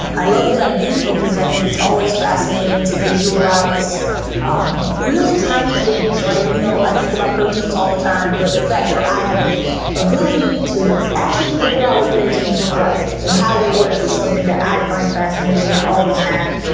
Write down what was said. um i love what i do because i think it's always fascinating to visualize um really tiny things. you know i think about proteins all the time, but the fact that i have the ability to actually figure out what proteins look like and how they work is something that i find fascinating, and always have.